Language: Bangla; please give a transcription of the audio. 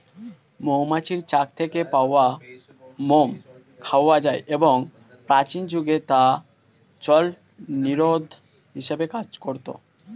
মৌমাছির চাক থেকে পাওয়া মোম খাওয়া যায় এবং প্রাচীন যুগে তা জলনিরোধক হিসেবে কাজ করত